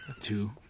Two